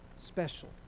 special